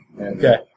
Okay